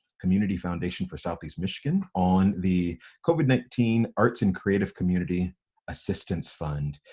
community foundation for southeast michigan, on the covid nineteen arts and creative community assistance fund.